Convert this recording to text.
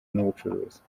n’ubucuruzi